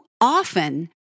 often